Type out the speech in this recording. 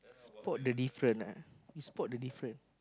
spot the different ah you spot the different